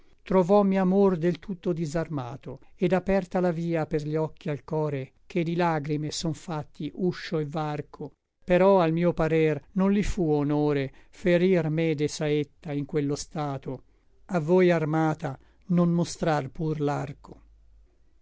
trovommi amor del tutto disarmato et aperta la via per gli occhi al core che di lagrime son fatti uscio et varco però al mio parer non li fu honore ferir me de saetta in quello stato a voi armata non mostrar pur